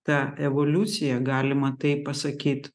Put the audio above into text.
ta evoliucija galima taip pasakyt